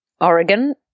Oregon